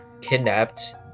kidnapped